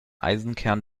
eisenkern